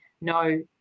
no